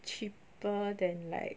cheaper than like